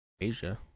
Asia